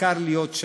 העיקר להיות שם.